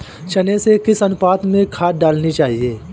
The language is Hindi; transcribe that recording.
चने में किस अनुपात में खाद डालनी चाहिए?